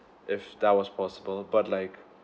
if that was possible but like